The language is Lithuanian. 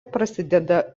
prasideda